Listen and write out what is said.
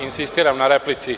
Insistiram na replici.